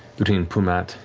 between pumat,